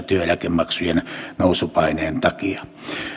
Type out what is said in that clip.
työeläkemaksujen nousupaineen takia